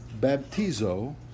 baptizo